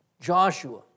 Joshua